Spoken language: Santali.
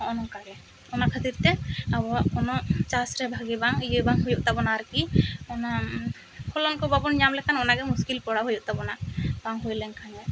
ᱦᱚᱜᱼᱚᱭ ᱱᱚᱝᱠᱟ ᱜᱮ ᱚᱱᱟ ᱠᱷᱟᱹᱛᱤᱨ ᱛᱮ ᱟᱵᱚᱣᱟᱜ ᱠᱚᱱᱚ ᱪᱟᱥ ᱨᱮ ᱵᱷᱟᱜᱮ ᱵᱟᱝ ᱤᱭᱟᱹ ᱵᱟᱝ ᱦᱩᱭᱩᱜ ᱛᱟᱵᱚᱱᱟ ᱟᱨᱠᱤ ᱚᱱᱟ ᱯᱷᱚᱞᱚᱱ ᱠᱚ ᱵᱟᱵᱚᱱ ᱧᱟᱢ ᱞᱮᱠᱷᱟᱱ ᱚᱱᱟᱜᱮ ᱢᱩᱥᱠᱤᱞ ᱯᱚᱲᱟ ᱦᱩᱭᱩᱜ ᱛᱟᱵᱚᱱᱟ ᱵᱟᱝ ᱦᱩᱭᱞᱮᱝ ᱠᱷᱟᱱ